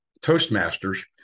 Toastmasters